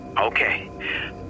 Okay